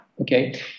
Okay